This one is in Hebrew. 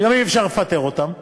שגם אי-אפשר לפטר אותם.